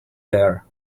there